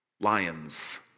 Lions